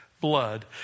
blood